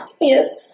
Yes